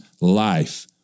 life